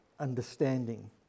understanding